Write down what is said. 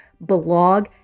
blog